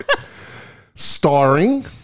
starring